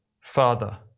Father